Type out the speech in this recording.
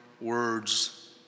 words